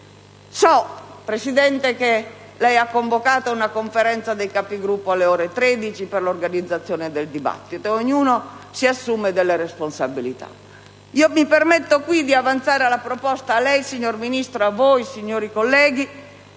Presidente, che lei ha convocato una Conferenza dei Capigruppo per le ore 13 per l'organizzazione del dibattito. Ognuno si assume delle responsabilità. Mi permetto di avanzare la proposta a lei, signor Ministro, a voi, signori colleghi,